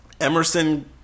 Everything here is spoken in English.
Emerson